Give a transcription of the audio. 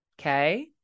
Okay